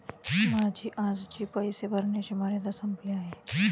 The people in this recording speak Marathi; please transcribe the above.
माझी आजची पैसे भरण्याची मर्यादा संपली आहे